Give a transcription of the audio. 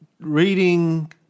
reading